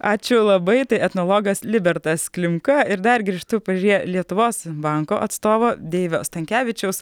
ačiū labai tai etnologas libertas klimka ir dar grįžtu pažiūrė lietuvos banko atstovo deivio stankevičiaus